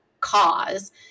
cause